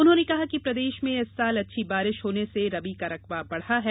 उन्होंने कहा कि प्रदेश में इस साल अच्छी बारिश होने से रबी का रकबा बढ़ा है